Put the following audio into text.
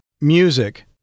music